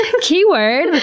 keyword